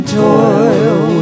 toil